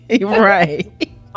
Right